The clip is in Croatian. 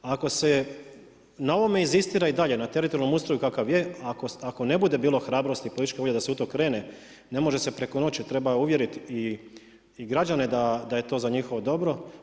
Ako se na ovome inzistira i dalje na teritorijalnom ustroju kakav je, ako ne bude bilo hrabrosti i političke volje da se u to krene, ne može se preko noći, treba uvjerit i građane da je to za njihovo dobro.